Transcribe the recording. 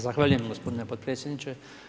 Zahvaljujem gospodine potpredsjedniče.